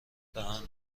دهند